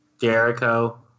Jericho